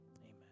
amen